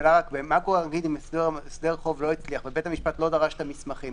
ומה קורה אם הסדר חוב לא הצליח ובית המשפט לא דרש את המסמכים?